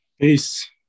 Peace